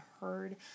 heard